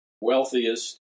wealthiest